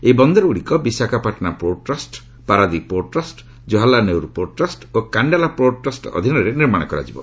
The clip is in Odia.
ଏହି ବନ୍ଦରଗୁଡ଼ିକ Visakhapatnam port trust Paradip port trust Jawaharlal Nehru port trust ଓ କାଣ୍ଡାଲା ପୋର୍ଟ ଟ୍ରଷ୍ଟ ଅଧୀନରେ ନିର୍ମାଣ କରାଯିବ